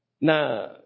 na